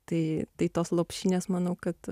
tai tai tos lopšinės manau kad